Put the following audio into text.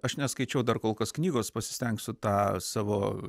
aš neskaičiau dar kol kas knygos pasistengsiu tą savo